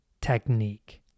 technique